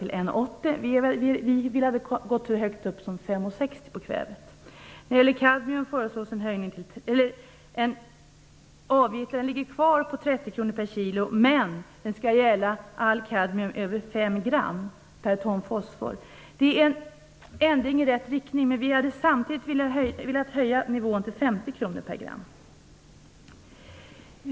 Vi hade velat gå så högt upp som 5 kr och För kadmium föreslås att avgiften skall ligga kvar på 30 kr per gram kadmium, men den skall gälla all kadmium över 5 gr per 1 ton fosfor. Det är en ändring i rätt riktning, men vi hade samtidigt velat höja nivån till 50 kr per gram.